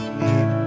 need